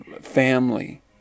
family